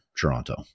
Toronto